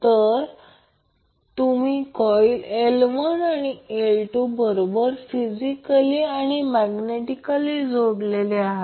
जर तुम्ही coil L1 हे L2 बरोबर फिजिकली आणि मैग्नेटिकली जोडलेली आहे